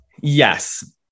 Yes